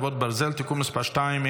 חרבות ברזל) (תיקון מס' 2),